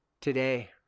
Today